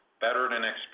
better-than-expected